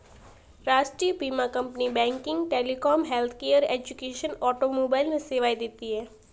राष्ट्रीय बीमा company banking, telecom, healthcare, education, automobile में सेवाएं देती है